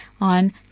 on